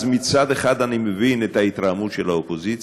אז מצד אחד אני מבין את ההתרעמות של האופוזיציה,